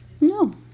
no